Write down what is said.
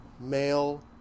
male